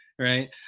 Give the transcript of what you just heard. Right